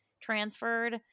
transferred